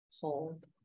hold